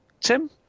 Tim